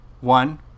One